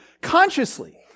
consciously